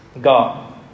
God